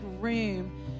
room